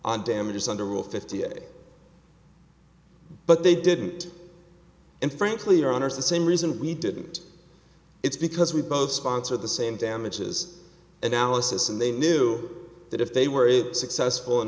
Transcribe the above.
on damages under rule fifty eight but they didn't and frankly your honour's the same reason we didn't it's because we both sponsor the same damages analysis and they knew that if they were it successful